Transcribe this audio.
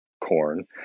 corn